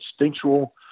instinctual